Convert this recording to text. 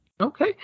Okay